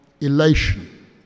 elation